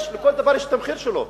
לכל דבר המחיר שלו.